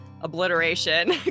obliteration